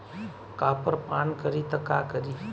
Copper पान करी त का करी?